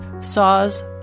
saws